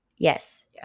Yes